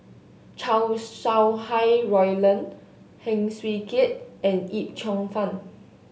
Chow Sau Hai Roland Heng Swee Keat and Yip Cheong Fun